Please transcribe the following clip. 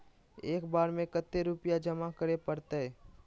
एक बार में कते रुपया जमा करे परते?